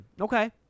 Okay